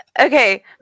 Okay